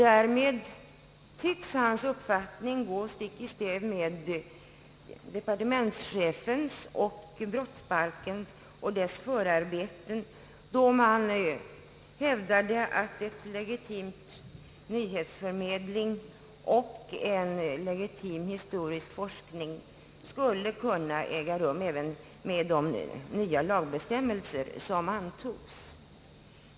Därmed tycks hans uppfattning gå stick i stäv med departementschefens och brottsbalken och dess förarbeten, som hävdar att en legitim nyhetsförmedling och en legitim historieforskning skulle kunna äga rum även med de nya lagbestämmelser som antogs.